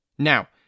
Now